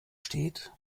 steht